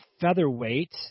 featherweight